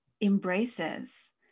embraces